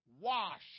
Wash